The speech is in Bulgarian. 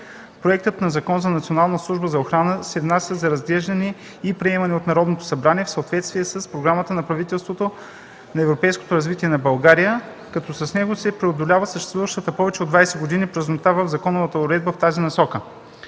Проектът на Закон за Националната служба за охрана се внася за разглеждане и приемане от Народното събрание в съответствие с програмата на Правителството на европейското развитие на България, като с него се преодолява съществувалата повече от 20 години празнота в законовата уредба в тази насока.